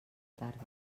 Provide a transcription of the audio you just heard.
tarda